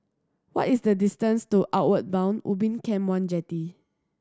what is the distance to Outward Bound Ubin Camp One Jetty